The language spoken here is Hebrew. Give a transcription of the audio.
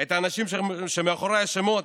את האנשים שמאחורי השמות,